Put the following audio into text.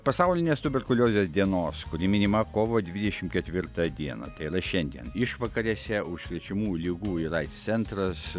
pasaulinės tuberkuliozės dienos kuri minima kovo dvidešimt ketvirtą dieną tai yra šiandien išvakarėse užkrečiamų ligų ir aids centras